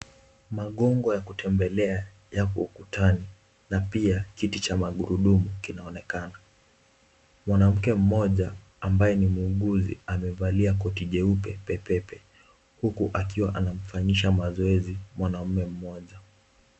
Magongo ya kutembelea yako ukutani na pia kiti cha magurudumu kinaonekana. Mwanamke mmoja ambaye ni muuguzi amevalia koti jeupe pepepe huku akiwa anamfanyisha mazoezi mwanaume mmoja.